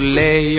lay